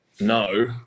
no